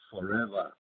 forever